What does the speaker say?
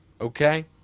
Okay